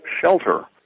shelter